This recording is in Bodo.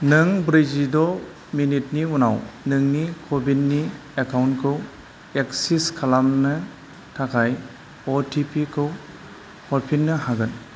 नों ब्रैजिद' मिनिटनि उनाव नोंनि क' विननि एकाउन्टखौ एक्सेस खालामनो थाखाय अ टि पि खौ हरफिननो हागोन